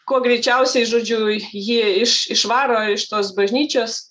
kuo greičiausiai žodžiu jį iš išvaro iš tos bažnyčios